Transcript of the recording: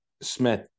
smith